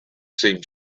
seemed